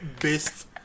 best